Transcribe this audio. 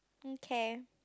okay